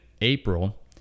april